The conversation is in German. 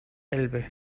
elbe